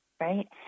Right